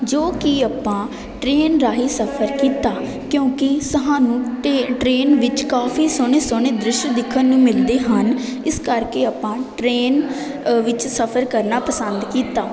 ਜੋ ਕਿ ਆਪਾਂ ਟ੍ਰੇਨ ਰਾਹੀਂ ਸਫ਼ਰ ਕੀਤਾ ਕਿਉਂਕਿ ਸਾਨੂੰ ਟਰੇ ਟ੍ਰੇਨ ਵਿੱਚ ਕਾਫ਼ੀ ਸੋਹਣੇ ਸੋਹਣੇ ਦ੍ਰਿਸ਼ ਦੇਖਣ ਨੂੰ ਮਿਲਦੇ ਹਨ ਇਸ ਕਰਕੇ ਆਪਾਂ ਟ੍ਰੇਨ ਵਿੱਚ ਸਫ਼ਰ ਕਰਨਾ ਪਸੰਦ ਕੀਤਾ